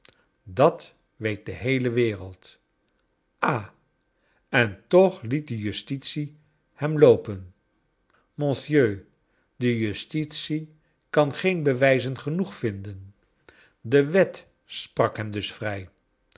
dat weet de heele wereld ha en toch liet de justitie hem loopen monsieur de justitie kan geen bewijzen genoeg vinden de wet sprak hem dus vrtj